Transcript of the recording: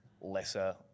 lesser